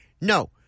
No